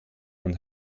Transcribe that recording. und